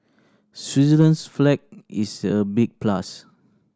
Switzerland's flag is a big plus